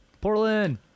Portland